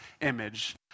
image